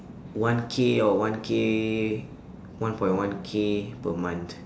one K or one K one point one K per month